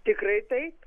tikrai taip